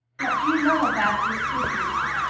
what do you know about this business?